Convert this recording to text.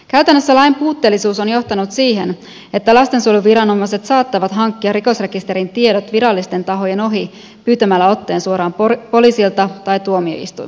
käytännössä lain puutteellisuus on johtanut siihen että lastensuojeluviranomaiset saattavat hankkia rikosrekisterin tiedot virallisten tahojen ohi pyytämällä otteen suoraan poliisilta tai tuomioistuimilta